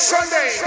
Sunday